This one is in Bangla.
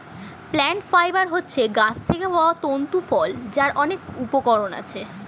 প্লান্ট ফাইবার হচ্ছে গাছ থেকে পাওয়া তন্তু ফল যার অনেক উপকরণ আছে